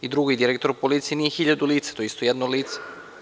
I, drugo i direktor policije nije hiljadu lica, to je isto jedno lice.